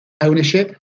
ownership